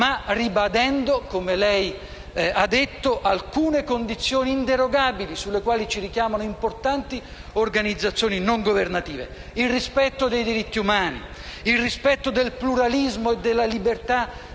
ma ribadendo, come lei ha detto, alcune condizioni inderogabili sulle quali ci richiamano importanti organizzazioni non governative: il rispetto dei diritti umani, il rispetto del pluralismo e della libertà